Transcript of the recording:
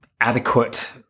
adequate